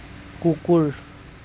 কুকুৰ